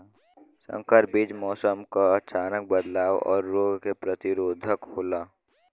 संकर बीज मौसम क अचानक बदलाव और रोग के प्रतिरोधक होला